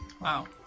Wow